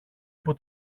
από